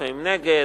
לפעמים נגד,